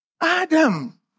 Adam